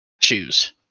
shoes